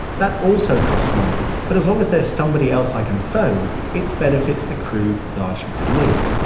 that also costs money. but as long as there's somebody else i can phone, its benefits accrue largely to me.